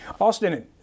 Austin